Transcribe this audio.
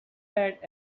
add